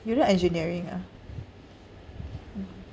you like engineering ah